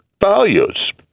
values